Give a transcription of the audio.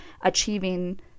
achieving